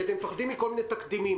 כי אתם מפחדים מכל מיני תקדימים.